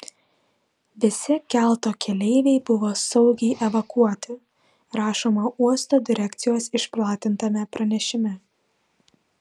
visi kelto keleiviai buvo saugiai evakuoti rašoma uosto direkcijos išplatintame pranešime